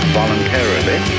voluntarily